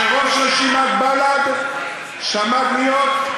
שראש רשימת בל"ד שעמד להיות,